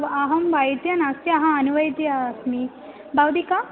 अहं वैद्यः नास्मि अहम् अनुवैद्यः अस्मि भवती का